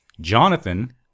Jonathan